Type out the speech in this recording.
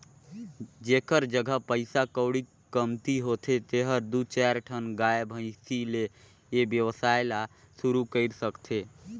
जेखर जघा पइसा कउड़ी कमती होथे तेहर दू चायर ठन गाय, भइसी ले ए वेवसाय ल सुरु कईर सकथे